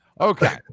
Okay